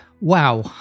Wow